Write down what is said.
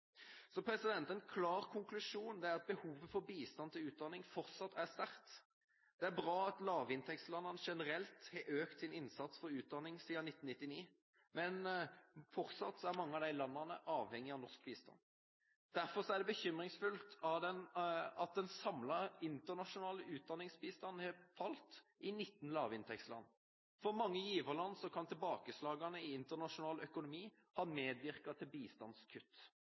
En klar konklusjon er at behovet for bistand til utdanning fortsatt er sterkt. Det er bra at lavinntektslandene generelt har økt sin innsats for utdanning siden 1999, men fortsatt er mange av de landene avhengig av norsk bistand. Derfor er det bekymringsfullt at den samlede internasjonale utdanningsbistanden har falt i 19 lavinntektsland. For mange giverland kan tilbakeslagene i internasjonal økonomi ha medvirket til bistandskutt.